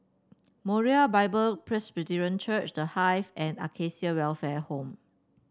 Moriah Bible Presby Church The Hive and Acacia Welfare Home